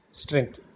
strength